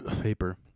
Paper